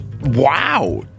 wow